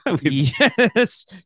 yes